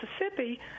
Mississippi